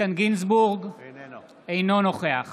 אינו נוכח